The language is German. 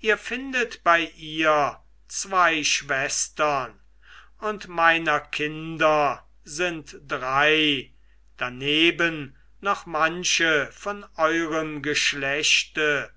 ihr findet bei ihr zwei schwestern und meiner kinder sind drei daneben noch manche von eurem geschlechte